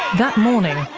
that morning,